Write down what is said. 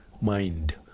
mind